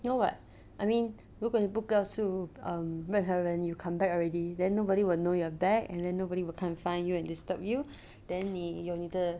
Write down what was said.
no what I mean 如果你不告诉 um 任何人 you come back already then nobody will know you're back and then nobody will come and find you and disturb you then 你有你的